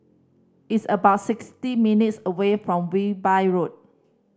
it's about sixty minutes' away from Wilby Road